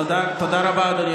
חברת הכנסת גוטליב, תודה רבה לך.